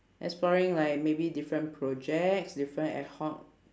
exploring like maybe different projects different ad hoc